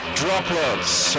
droplets